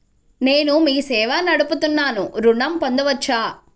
నేను మీ సేవా నడుపుతున్నాను ఋణం పొందవచ్చా?